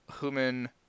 Human